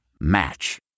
Match